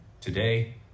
Today